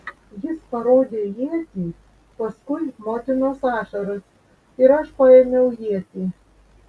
jis parodė ietį paskui motinos ašaras ir aš paėmiau ietį